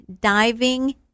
diving